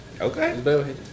Okay